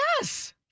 Yes